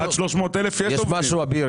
עד 300,000 יש תוספת לעובדים.